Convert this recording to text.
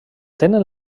tenen